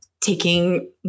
taking